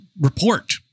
report